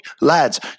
lads